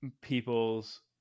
people's